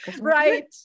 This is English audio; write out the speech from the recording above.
Right